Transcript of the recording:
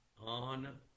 On